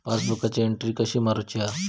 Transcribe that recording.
पासबुकाची एन्ट्री कशी मारुची हा?